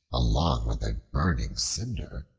along with a burning cinder,